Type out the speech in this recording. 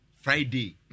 Friday